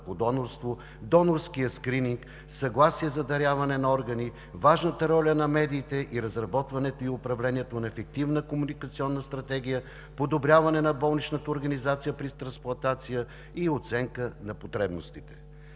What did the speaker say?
по донорство; донорският скрининг; съгласие за даряване на органи; важната роля на медиите и разработването и управлението на ефективна комуникационна стратегия; подобряване на болничната организация при трансплантация и оценка на потребностите.